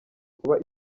kuba